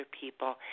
people